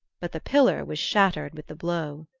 but the pillar was shattered with the blow.